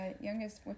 youngest